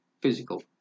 physical